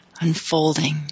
unfolding